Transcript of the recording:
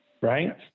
right